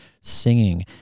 singing